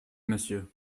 monsieur